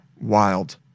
wild